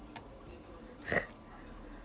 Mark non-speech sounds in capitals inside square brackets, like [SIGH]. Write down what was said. [LAUGHS]